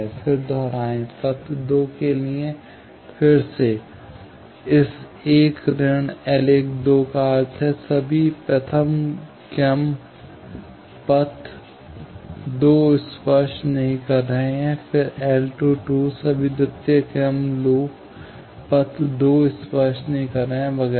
फिर दोहराएं पथ 2 के लिए फिर से इस 1 ऋण L का अर्थ है सभी प्रथम क्रम पथ 2 स्पर्श नहीं कर रहे हैं फिर L सभी द्वितीय क्रम लूप पथ 2 स्पर्श नहीं कर रहे हैं वगैरह